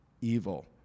evil